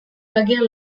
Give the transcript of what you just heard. batean